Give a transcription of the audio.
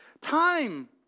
time